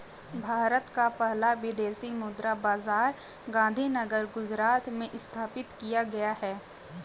भारत का पहला विदेशी मुद्रा बाजार गांधीनगर गुजरात में स्थापित किया गया है